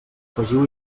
afegiu